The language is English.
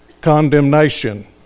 condemnation